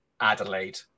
Adelaide